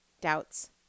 doubts